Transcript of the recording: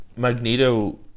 Magneto